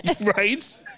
Right